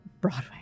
broadway